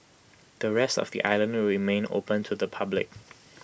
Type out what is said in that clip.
the rest of the island will remain open to the public